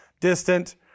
distant